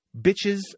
Bitches